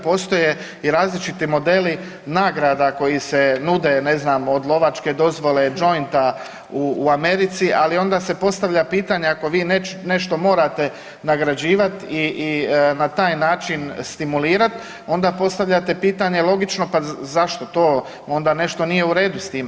Postoje i različiti modeli nagrada koji se nude ne znam od lovačke dozvole, jointa u Americi, ali onda se postavlja pitanje ako vi nešto morate nagrađivat i na taj način stimulirat onda postavljate pitanje logično pa zašto to onda nešto nije u redu s time.